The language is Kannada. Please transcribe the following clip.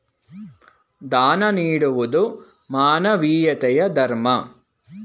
ದಾನ ನೀಡುವುದು ಮಾನವೀಯತೆಯ ಧರ್ಮ